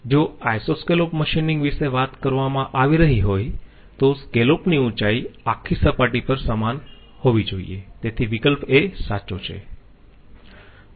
જો isoscallop machining વિશે વાત કરવામાં આવી રહી હોય તો સ્કેલોપની ઉંચાઈ આખી સપાટી પર સમાન હોવી જોઈયે તેથી વિકલ્પ a સાચો છે